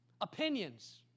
opinions